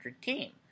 team